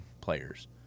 players